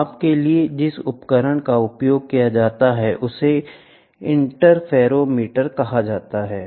माप के लिए जिस उपकरण का उपयोग किया जाता है उसे इंटरफेरोमीटर कहा जाता है